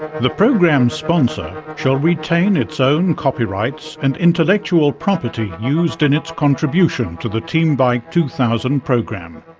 the program sponsor shall retain its own copyrights and intellectual property used in its contribution to the team bike two thousand program.